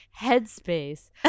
Headspace